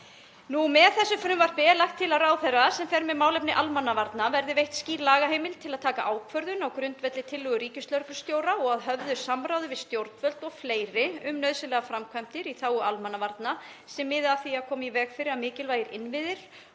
Með þessu frumvarpi er lagt til að ráðherra sem fer með málefni almannavarna verði veitt skýr lagaheimild til að taka ákvörðun á grundvelli tillögu ríkislögreglustjóra og að höfðu samráði við stjórnvöld og fleiri um nauðsynlegar framkvæmdir í þágu almannavarna sem miði að því að koma í veg fyrir að mikilvægir innviðir